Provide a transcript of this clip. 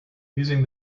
using